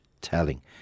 telling